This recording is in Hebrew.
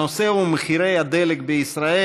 הנושא הוא: מחירי הדלק בישראל.